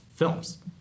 films